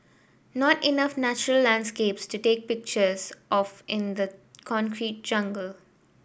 not enough natural landscapes to take pictures of in the concrete jungle